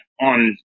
on